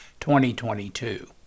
2022